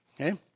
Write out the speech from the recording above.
Okay